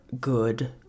good